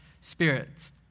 spirits